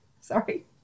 sorry